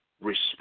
respect